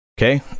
Okay